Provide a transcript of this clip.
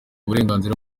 uburenganzira